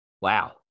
wow